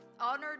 honored